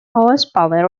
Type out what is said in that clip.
horsepower